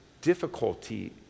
difficulty